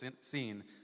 seen